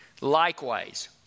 Likewise